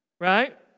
Right